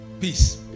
peace